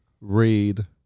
read